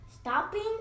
stopping